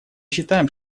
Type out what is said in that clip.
считаем